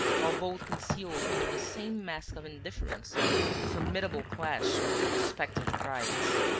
while both concealed under the same mask of indifference the formidable clash of their respective prides.